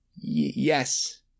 Yes